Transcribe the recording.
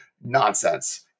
nonsense